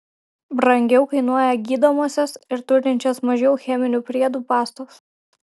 brangiau kainuoja gydomosios ir turinčios mažiau cheminių priedų pastos